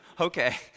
okay